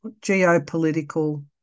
Geopolitical